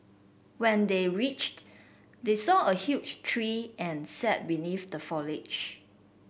when they reached they saw a huge tree and sat beneath the foliage